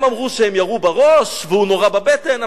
הם אמרו שהם ירו בראש, והוא נורה בבטן.